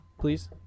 please